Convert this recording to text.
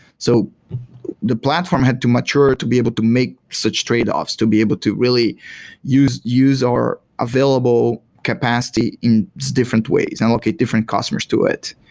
so the platform have to mature to be able to make such tradeoffs, to be able to really use use our available capacity in different ways and look at different customers to it.